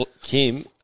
Kim